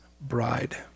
bride